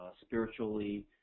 spiritually